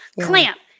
clamp